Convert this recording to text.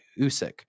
Usyk